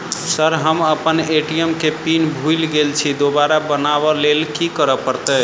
Sir हम अप्पन ATM केँ पिन भूल गेल छी दोबारा बनाब लैल की करऽ परतै?